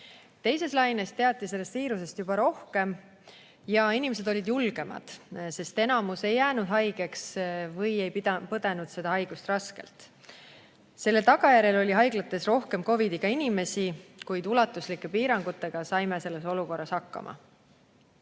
Teises laines teati sellest viirusest juba rohkem ja inimesed olid julgemad, sest enamus ei jäänud haigeks või ei põdenud seda haigust raskelt. Selle tagajärjel sattus haiglatesse rohkem COVID‑iga inimesi, kuid ulatuslike piirangute ajal me saime selles olukorras hakkama.